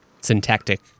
syntactic